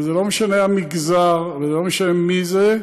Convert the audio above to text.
ולא משנה המגזר ולא משנה מי זה,